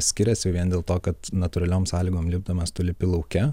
skiriasi vien dėl to kad natūraliom sąlygom lipdamas tu lipi lauke